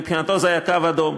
מבחינתו זה היה קו אדום.